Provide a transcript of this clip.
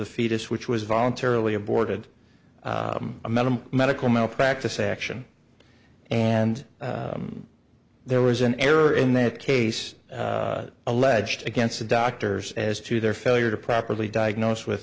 the fetus which was voluntarily aborted a minimum medical malpractise action and there was an error in that case alleged against the doctors as to their failure to properly diagnose with